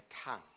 tongue